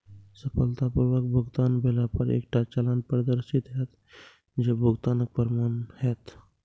सफलतापूर्वक भुगतान भेला पर एकटा चालान प्रदर्शित हैत, जे भुगतानक प्रमाण हैत